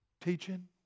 Teaching